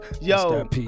Yo